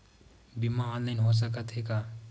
बीमा ऑनलाइन हो सकत हे का?